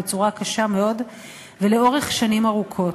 בצורה קשה מאוד ולאורך שנים רבות.